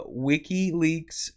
WikiLeaks